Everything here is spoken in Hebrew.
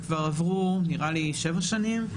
כבר עברו שבע שנים,